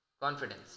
Confidence